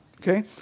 Okay